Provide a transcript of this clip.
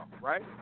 Right